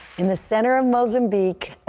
in the center of mozambique,